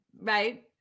right